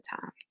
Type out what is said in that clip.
time